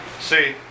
See